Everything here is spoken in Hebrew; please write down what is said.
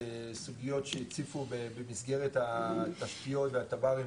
סוגיות שהציפו במסגרת התשתיות והתב"רים,